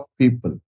people